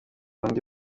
undi